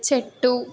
చెట్టు